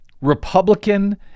Republican